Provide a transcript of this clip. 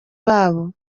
babo